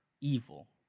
evil